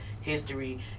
history